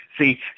See